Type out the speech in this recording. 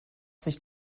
sich